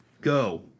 Go